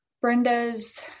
Brenda's